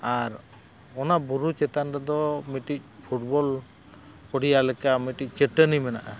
ᱟᱨ ᱚᱱᱟ ᱵᱩᱨᱩ ᱪᱮᱛᱟᱱ ᱨᱮᱫᱚ ᱢᱤᱫᱴᱤᱡ ᱯᱷᱩᱴᱵᱚᱞ ᱠᱚᱲᱤᱭᱟ ᱞᱮᱠᱟ ᱢᱤᱫᱴᱤᱡ ᱪᱟᱹᱴᱟᱹᱱᱤ ᱢᱮᱱᱟᱜᱼᱟ